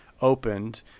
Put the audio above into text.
opened